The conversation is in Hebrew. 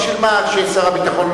בשביל מה, יש השר לביטחון.